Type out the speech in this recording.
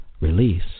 Release